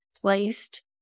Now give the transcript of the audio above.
placed